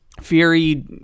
Fury